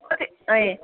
कति ए